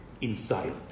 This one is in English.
Inside